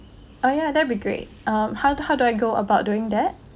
uh yeah that'll be great um how do how do I go about doing that